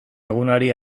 egunari